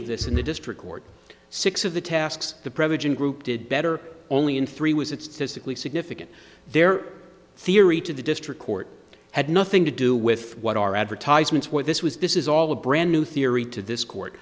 of this in the district court six of the tasks the provision group did better only in three was it's to sickly significant their theory to the district court had nothing to do with what our advertisements were this was this is all a brand new theory to this court